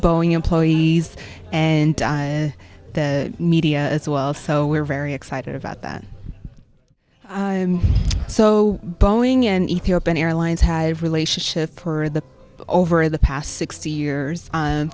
boeing employees and the media as well so we're very excited about that so boeing and ethiopian airlines had relationship for the over the past sixty years